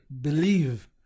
believe